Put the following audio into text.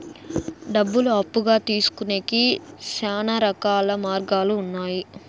డబ్బులు అప్పుగా తీసుకొనేకి శ్యానా రకాల మార్గాలు ఉన్నాయి